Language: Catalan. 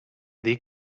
dir